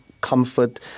comfort